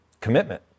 commitment